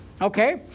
Okay